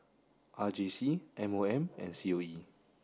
R J C M O M and C O E